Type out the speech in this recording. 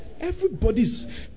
Everybody's